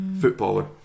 footballer